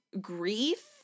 grief